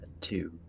two